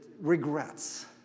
Regrets